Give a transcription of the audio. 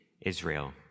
israel